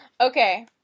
Okay